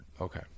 Okay